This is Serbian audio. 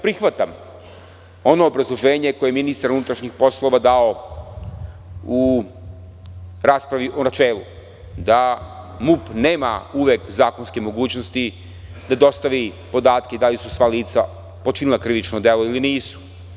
Prihvatam ono obrazloženje koje je ministar unutrašnjih poslova dao u raspravi u načelu, da MUP nema uvek zakonske mogućnosti da dostavi podatke da li su sva lica počinila krivično delo ili nisu.